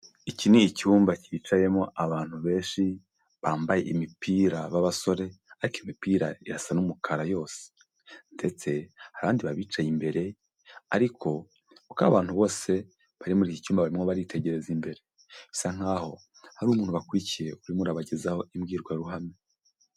Iki ni icyumba cyicayemo abantu benshi bambaye imipira b'abasore, ariko imipira irasa n'umukara yose, ndetse hari abandi babicaye imbere, ariko kuko abantu bose bari muri iki cyumba barimo baritegereza imbere, bisa nkaho hari umuntu bakurikiye urimo arabagezaho imbwirwaruhame.